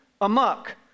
amok